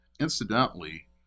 Incidentally